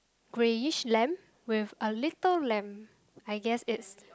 greyish lamb with a little lamb I guess it's